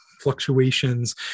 fluctuations